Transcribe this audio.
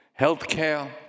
healthcare